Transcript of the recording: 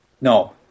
No